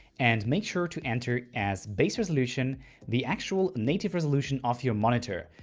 and make sure to enter as base resolution the actual native resolution of your monitor.